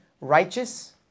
righteous